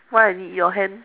why I need your hand